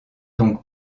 donc